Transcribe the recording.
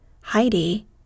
Heidi